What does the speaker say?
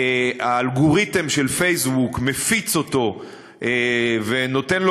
האלגוריתם של פייסבוק מפיץ אותו ונותן לו